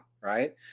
Right